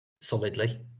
solidly